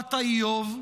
בשורת האיוב,